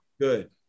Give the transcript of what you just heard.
Good